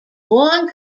long